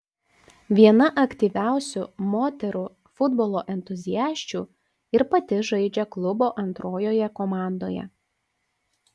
viena aktyviausių moterų futbolo entuziasčių ir pati žaidžia klubo antrojoje komandoje